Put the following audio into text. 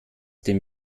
dem